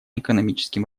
экономическим